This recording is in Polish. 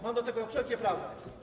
Mam do tego wszelkie prawa.